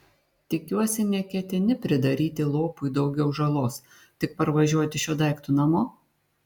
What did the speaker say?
tikiuosi neketini pridaryti lopui daugiau žalos tik parvažiuoti šiuo daiktu namo